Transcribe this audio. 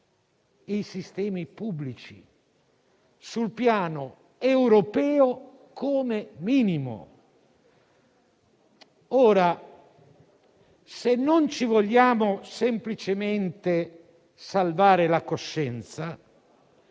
i sistemi pubblici, sul piano europeo, come minimo. Se non ci vogliamo semplicemente salvare la coscienza,